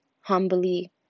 humbly